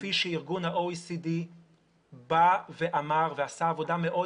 כפי שארגון ה-OECD אמר ועשה עבודה מאוד